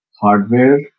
hardware